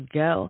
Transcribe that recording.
go